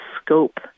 scope